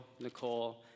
Nicole